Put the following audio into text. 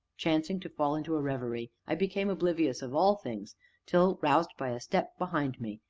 chancing to fall into a reverie, i became oblivious of all things till roused by a step behind me,